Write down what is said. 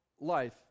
life